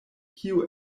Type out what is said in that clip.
kio